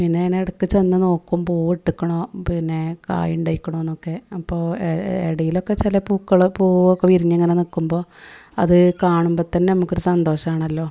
പിന്നെ ഞാന് ഇടയ്ക്ക് ചെന്ന് നോക്കും പൂവ് ഇട്ട് നിൽക്കുന്നോ പിന്നേ കായ് ഉണ്ടായിട്ടുണ്ടോ എന്നോക്കെ അപ്പോൾ ഇടയിലൊക്കെ ചില പൂക്കളോ പൂവൊക്കെ വിരിഞ്ഞിങ്ങനെ നിൽക്കുമ്പോൾ അത് കാണുമ്പോൾ തന്നെ നമുക്കൊരു സന്തോഷമാണല്ലോ